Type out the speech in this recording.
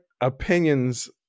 opinions